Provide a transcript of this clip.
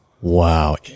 Wow